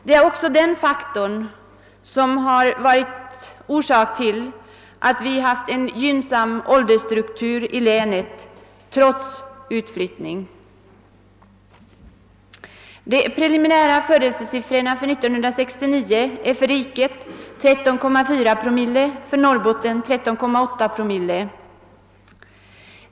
Det är också den faktorn som har varit orsak till att vi haft en gynnsam åldersstruktur i länet trots utflyttningen. Den preliminära födelsesiffran för 1969 utgör för riket 13,4 promille och för Norrbotten 13,8 promille.